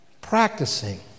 practicing